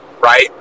right